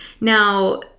Now